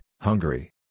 Hungary